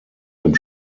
dem